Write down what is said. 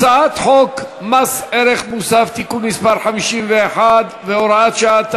הצעת חוק מס ערך מוסף (תיקון מס' 51 והוראת שעה),